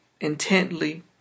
intently